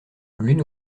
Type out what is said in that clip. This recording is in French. l’une